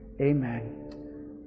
amen